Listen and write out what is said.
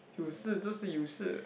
you shi jiu shi you shi